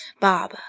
Bob